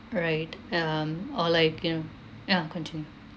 right um or like ya ya continue